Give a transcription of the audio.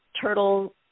turtle